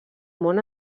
món